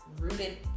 rooted